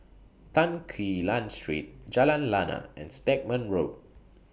Tan Quee Lan Street Jalan Lana and Stagmont Road